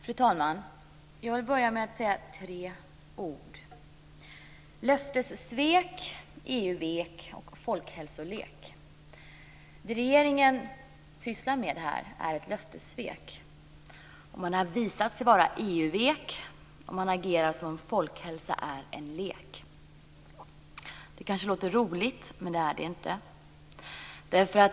Fru talman! Jag vill börja med att uttala tre ord: löftessvek, EU-vek och folkhälsolek. Det som regeringen här sysslar med är ett löftessvek. Man har visat sig vara EU-vek, och man har agerat som om folkhälsa är en lek. Detta kanske låter roligt, men det är det inte.